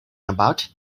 about